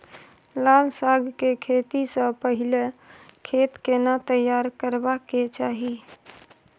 लाल साग के खेती स पहिले खेत केना तैयार करबा के चाही?